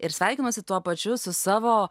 ir sveikinosi tuo pačiu su savo